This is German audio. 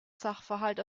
sachverhalt